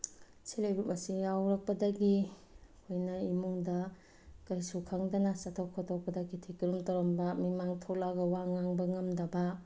self help group ꯑꯁꯤ ꯌꯥꯎꯔꯛꯄꯗꯒꯤ ꯑꯩꯈꯣꯏꯅ ꯏꯃꯨꯡꯗ ꯀꯩꯁꯨ ꯈꯪꯗꯅ ꯆꯠꯊꯣꯛ ꯈꯣꯠꯊꯣꯛꯄꯗ ꯀꯤꯊꯤ ꯀꯤꯔꯨꯝ ꯇꯧꯔꯝꯕ ꯃꯤꯃꯥꯡ ꯊꯣꯛꯂꯛꯑꯒ ꯋꯥ ꯉꯥꯡꯕ ꯉꯝꯗꯕ